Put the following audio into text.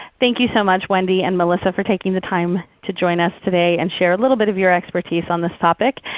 thank you so much wendy and melissa for taking the time to join us today and share a little bit of your expertise on this topic.